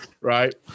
right